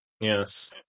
Yes